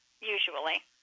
usually